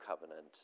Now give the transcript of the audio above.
Covenant